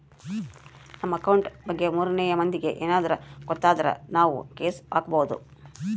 ನಮ್ ಅಕೌಂಟ್ ಬಗ್ಗೆ ಮೂರನೆ ಮಂದಿಗೆ ಯೆನದ್ರ ಗೊತ್ತಾದ್ರ ನಾವ್ ಕೇಸ್ ಹಾಕ್ಬೊದು